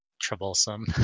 troublesome